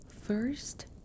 First